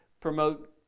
promote